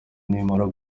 nimara